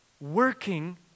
working